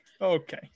okay